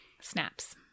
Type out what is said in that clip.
Snaps